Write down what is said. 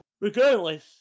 regardless